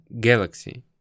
galaxy